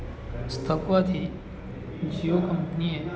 સ્થાપવાથી જીઓ કંપનીએ